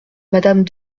madame